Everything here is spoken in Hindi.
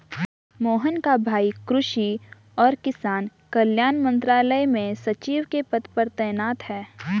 मोहन का भाई कृषि और किसान कल्याण मंत्रालय में सचिव के पद पर तैनात है